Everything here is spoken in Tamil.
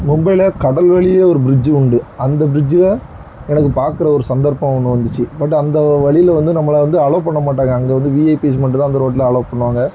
மும்பையில கடல் வலியே ஒரு ப்ரிஜ் உண்டு அந்த ப்ரிஜ்ல எனக்கு பார்க்குற ஒரு சந்தர்ப்பம் ஒன்று வந்துச்சு பட்டு அந்த வழில வந்து நம்மளை வந்து அலோவ் பண்ண மாட்டாங்கள் அங்கே வந்து விஐபிஸ் மட்டும்தான் அந்த ரோட்டில அலோவ் பண்ணுவாங்கள்